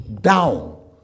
down